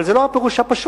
אבל זה לא הפירוש הפשוט.